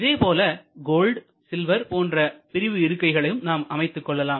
இதே போல gold silver போன்ற பிரிவு இருக்கைகளையும் நாம் அமைத்துக் கொள்ளலாம்